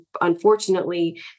unfortunately